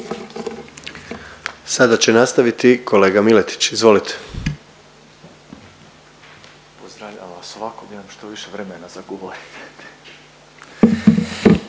Sada će nastaviti kolega Miletić. Izvolite.